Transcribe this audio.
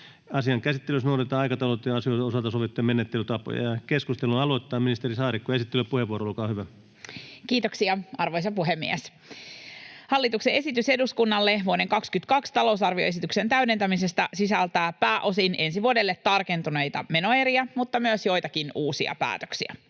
Asian käsittelyssä noudatetaan aikataulutettujen asioiden osalta sovittuja menettelytapoja. — Keskustelun aloittaa ministeri Saarikko. Esittelypuheenvuoro, olkaa hyvä. Kiitoksia, arvoisa puhemies! Hallituksen esitys eduskunnalle vuoden 22 talousarvioesityksen täydentämisestä sisältää pääosin ensi vuodelle tarkentuneita menoeriä, mutta myös joitakin uusia päätöksiä.